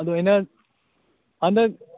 ꯑꯗꯣ ꯑꯩꯅ ꯍꯟꯗꯛ